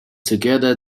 together